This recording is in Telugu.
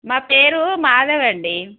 మా పేరు మాధవి అండి